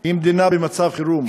היא מדינה במצב חירום.